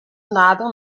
nadam